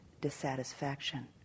dissatisfaction